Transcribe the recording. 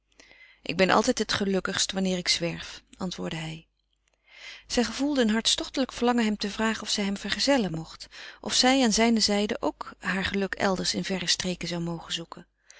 ik ben altijd het gelukkigst wanneer ik zwerf antwoordde hij zij gevoelde een hartstochtelijk verlangen hem te vragen of zij hem vergezellen mocht of zij aan zijne zijde ook haar geluk elders in verre streken zou mogen zoeken